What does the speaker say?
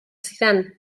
zidan